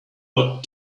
what